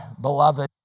beloved